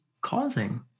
causing